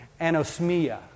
anosmia